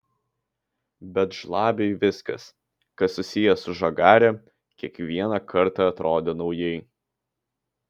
bet žlabiui viskas kas susiję su žagare kiekvieną kartą atrodė naujai